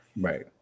Right